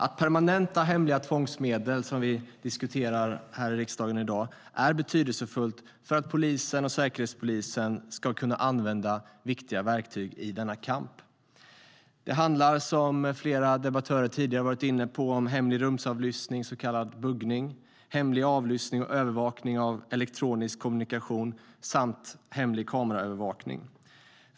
Att permanenta hemliga tvångsmedel, som vi diskuterar i riksdagen i dag, är betydelsefullt för att polisen och Säkerhetspolisen ska kunna använda viktiga verktyg i denna kamp. Det handlar, som flera debattörer tidigare har varit inne på, om hemlig rumsavlyssning, så kallad buggning, hemlig avlyssning och övervakning av elektronisk kommunikation samt hemlig kameraövervakning.